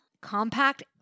compact